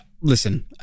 listen